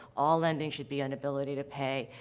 all lending should be on ability to pay.